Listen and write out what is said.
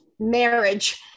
marriage